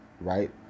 right